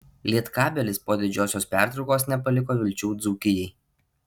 lietkabelis po didžiosios pertraukos nepaliko vilčių dzūkijai